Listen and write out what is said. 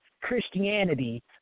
Christianity